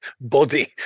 body